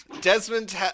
Desmond